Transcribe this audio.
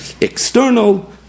external